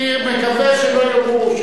אני מקווה שלא יאמרו,